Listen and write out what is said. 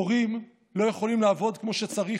הורים לא יכולים לעבוד כמו שצריך,